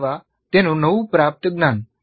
અથવા તેનું નવું પ્રાપ્ત જ્ાન